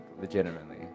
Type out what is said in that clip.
legitimately